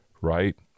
right